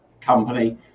company